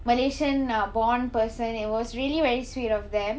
malaysian uh born person and it was really very sweet of them